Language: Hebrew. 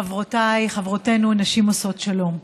חברותיי, חברותינו נשים עושות שלום,